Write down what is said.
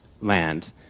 land